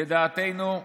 לדעתנו,